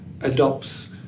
adopts